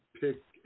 pick